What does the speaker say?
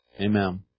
Amen